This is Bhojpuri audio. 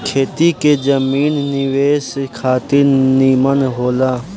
खेती के जमीन निवेश खातिर निमन होला